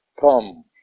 Come